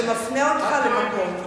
שמפנה אותך למקום.